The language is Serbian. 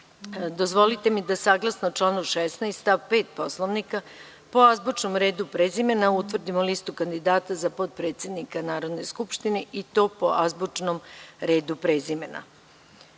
mi da, saglasno članu 16. stav 5. Poslovnika, po azbučnom redu prezimena, utvrdim listu kandidata za potpredsednike Narodne skupštine, i to po azbučnom redu prezimena. Prema